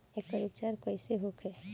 एकर उपचार कईसे होखे?